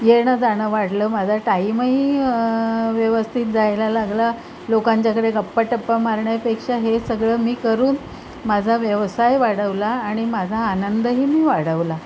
येणं जाणं वाढलं माझा टाईमही व्यवस्थित जायला लागला लोकांच्याकडे गप्पा टप्पा मारण्यापेक्षा हे सगळं मी करून माझा व्यवसाय वाढवला आणि माझा आनंदही मी वाढवला